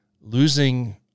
losing